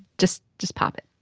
just just pop it